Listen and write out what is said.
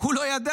הוא לא ידע.